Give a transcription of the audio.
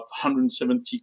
170